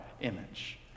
image